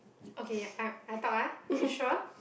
okay yeah I I talk ah you sure